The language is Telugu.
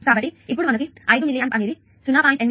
కాబట్టి ఇప్పుడు మనకు 5 మిల్లీ ఆంప్ అనేది 0